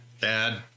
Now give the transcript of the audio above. dad